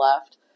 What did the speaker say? left